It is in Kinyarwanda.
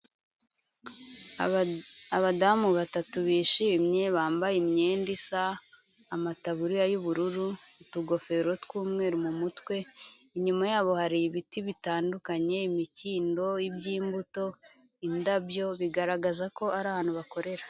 Abadamu batatu bishimye bambaye imyenda isa amataburiya y'ubururu, utugofero tw'umweru mu mutwe, inyuma yabo hari ibiti bitandukanye, imikindo. iby'imbuto, indabyo, bigaragaza ko ari ahantu bakorera.